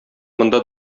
монда